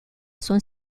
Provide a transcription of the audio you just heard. son